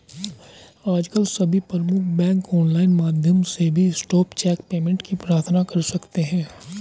आजकल सभी प्रमुख बैंक ऑनलाइन माध्यम से भी स्पॉट चेक पेमेंट की प्रार्थना कर सकते है